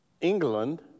England